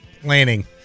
planning